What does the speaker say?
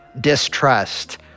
distrust